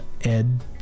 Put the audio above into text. Ed